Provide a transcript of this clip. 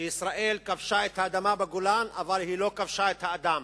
שישראל כבשה את האדמה בגולן אבל היא לא כבשה את האדם.